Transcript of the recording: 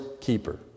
keeper